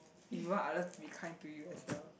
you know I love be kind to you as well